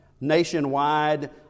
nationwide